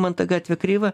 man ta gatvė krieva